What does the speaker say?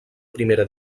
primera